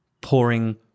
pouring